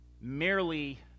merely